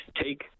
Take